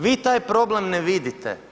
Vi taj problem ne vidite.